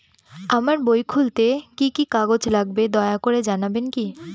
আমার বই খুলতে কি কি কাগজ লাগবে দয়া করে জানাবেন কি?